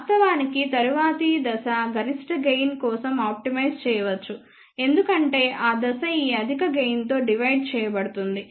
వాస్తవానికి తరువాతి దశ గరిష్ట గెయిన్ కోసం ఆప్టిమైజ్ చేయవచ్చు ఎందుకంటే ఆ దశ ఈ అధిక గెయిన్ తో డివైడ్ చేయబడుతుంది